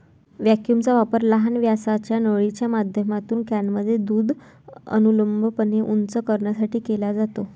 व्हॅक्यूमचा वापर लहान व्यासाच्या नळीच्या माध्यमातून कॅनमध्ये दूध अनुलंबपणे उंच करण्यासाठी केला जातो